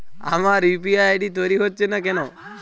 আমার UPI ID তৈরি হচ্ছে না কেনো?